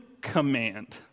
command